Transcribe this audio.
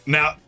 Now